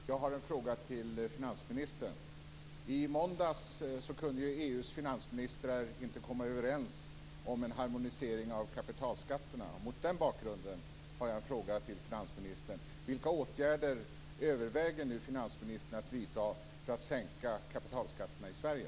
Herr talman! Jag har en fråga till finansministern. I måndags kunde EU:s finansministrar inte komma överens om en harmonisering av kapitalskatterna. Mot den bakgrunden har jag en fråga till finansministern. Vilka åtgärder överväger nu finansministern att vidta för att sänka kapitalskatterna i Sverige?